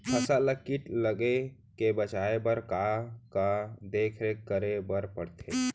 फसल ला किट लगे से बचाए बर, का का देखरेख करे बर परथे?